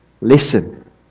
Listen